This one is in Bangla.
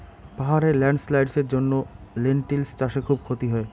পাহাড়ে ল্যান্ডস্লাইডস্ এর জন্য লেনটিল্স চাষে খুব ক্ষতি হয়